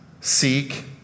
seek